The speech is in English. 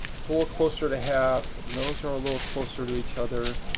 it's a little closer to half. those are a little closer to each other.